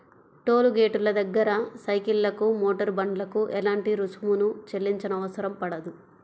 toll గేటుల దగ్గర సైకిళ్లకు, మోటారు బండ్లకు ఎలాంటి రుసుమును చెల్లించనవసరం పడదు